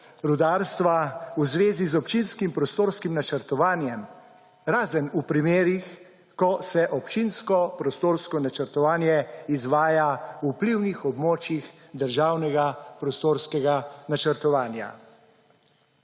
rudarstva v zvezi z občinskim prostorskim načrtovanjem, razen v primerih ko se občinsko prostorsko načrtovanje v vplivnih območjih državnega prostorskega načrtovanja.